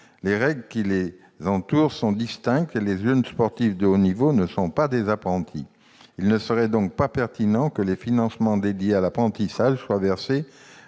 Les règles qui les concernent sont distinctes et les jeunes sportifs de haut niveau ne sont pas des apprentis. Il ne serait donc pas pertinent que les financements dédiés à l'apprentissage soient versés